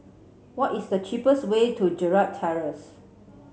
what is the cheapest way to Gerald Terrace